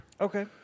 Okay